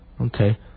okay